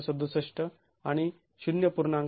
६७ आणि ०